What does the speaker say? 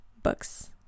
books